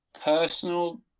personal